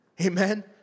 Amen